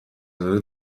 زاده